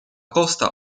costa